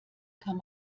kann